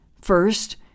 First